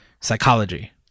psychology